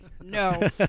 no